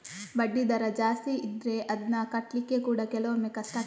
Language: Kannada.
ಬಡ್ಡಿ ದರ ಜಾಸ್ತಿ ಇದ್ರೆ ಅದ್ನ ಕಟ್ಲಿಕ್ಕೆ ಕೂಡಾ ಕೆಲವೊಮ್ಮೆ ಕಷ್ಟ ಆಗ್ತದೆ